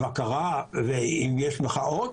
אם יש מחאות,